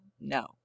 no